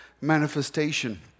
manifestation